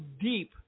deep